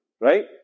Right